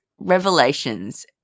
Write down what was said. Revelations